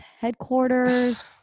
headquarters